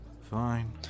Fine